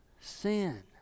sin